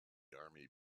army